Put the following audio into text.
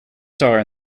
star